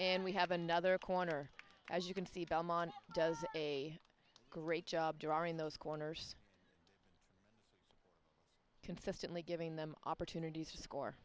and we have another corner as you can see belmont does a great job drawing those corners consistently giving them opportunities to score